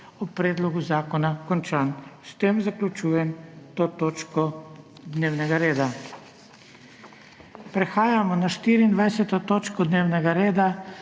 o predlogu zakona končan. S tem zaključujem to točko dnevnega reda. Prehajamo na 24. TOČKO DNEVNEGA REDA,